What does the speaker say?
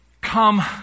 come